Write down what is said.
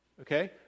Okay